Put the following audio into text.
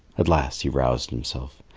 at last he roused himself.